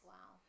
Wow